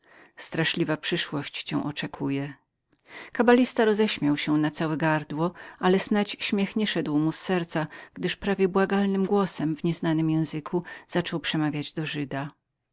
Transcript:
straszliwa przyszłość cię oczekuje kabalista roześmiał się na całe gardło ale snać śmiech nie szedł mu z serca gdyż prawie błagającym głosem w nieznanym języku zaczął przemawiać do żyda